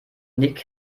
nick